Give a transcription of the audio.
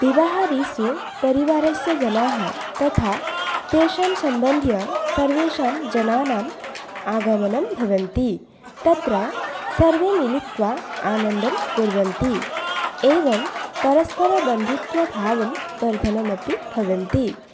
विवाहादिषु परिवारस्य जनाः तथा तेषां सम्बन्धः सर्वेषां जनानाम् आगमनं भवन्ति तत्र सर्वे मिलित्वा आनन्दं कुर्वन्ति एवं परस्परबन्धुत्वभावं वर्धनमपि भवन्ति